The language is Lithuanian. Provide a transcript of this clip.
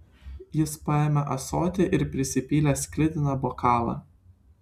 jis paėmė ąsotį ir prisipylė sklidiną bokalą